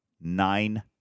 Nine